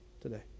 today